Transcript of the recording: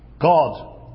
God